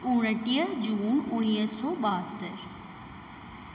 उणटीह जून उणिवीह सौ ॿहतरि